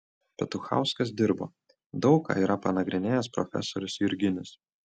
petuchauskas dirbo daug ką yra panagrinėjęs profesorius jurginis